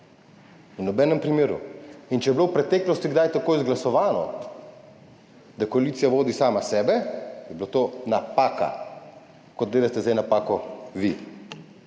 V nobenem primeru. In če je bilo v preteklosti kdaj tako izglasovano, da koalicija [preiskuje] sama sebe, je bila to napaka, kot delate zdaj napako vi.